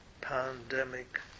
pandemic